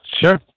Sure